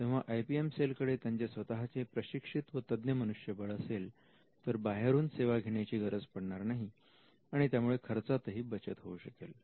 तेव्हा I P M cell कडे त्याचे स्वतःचे प्रशिक्षित व तज्ञ मनुष्यबळ असेल तर बाहेरून सेवा घेण्याची गरज पडणार नाही आणि त्यामुळे खर्चातही बचत होऊ शकेल